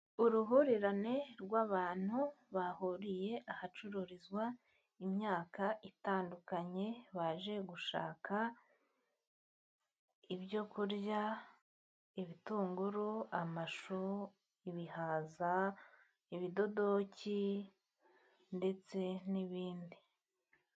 Uruhurirane rw'abantu bahuriye ahacururizwa imyaka itandukanye, baje gushaka ibyo kurya, ibitunguru, amashu, ibihaza, ibidodoki ndetse n'ibindi.